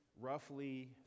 roughly